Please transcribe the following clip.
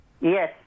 yes